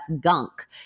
gunk